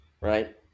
right